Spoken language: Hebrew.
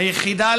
היחידה,